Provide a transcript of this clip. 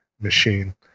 machine